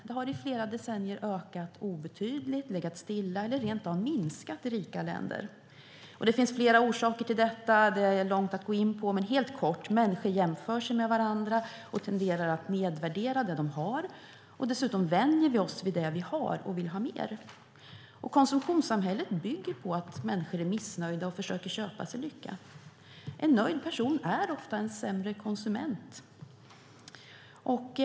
Det har i flera decennier ökat obetydligt, legat stilla eller rent av minskat i rika länder. Det finns flera orsaker till detta. Men jag ska bara kortfattat säga att människor jämför sig med varandra och tenderar att nedvärdera det som de har. Dessutom vänjer vi oss vid det vi har och vill ha mer. Konsumtionssamhället bygger på att människor är missnöjda och försöker köpa sig lycka. En nöjd person är ofta en sämre konsument.